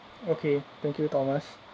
okay thank you thomas